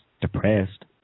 depressed